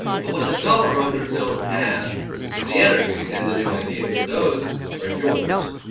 but what the power brokers don't have is the energy and the new ideas. those are yours.